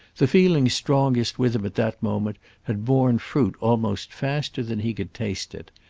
the feeling strongest with him at that moment had borne fruit almost faster than he could taste it,